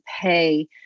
pay